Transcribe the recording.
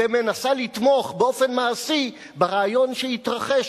ומנסה לתמוך באופן מעשי ברעיון שיתרחש,